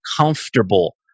comfortable